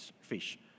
fish